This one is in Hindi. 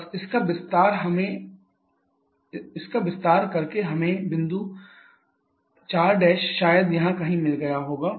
बस इसका विस्तार करके हमें अंतिम बिंदु 4' शायद यहाँ कहीं मिल गया होगा